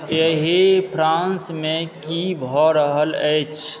एहि फ्रान्समे की भऽ रहल अछि